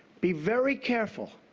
be very careful,